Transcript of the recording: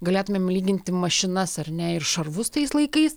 galėtumėm lyginti mašinas ar ne ir šarvus tais laikais